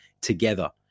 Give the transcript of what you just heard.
together